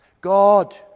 God